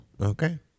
Okay